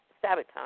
sabotage